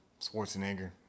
Schwarzenegger